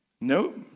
Nope